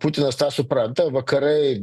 putinas tą supranta o vakarai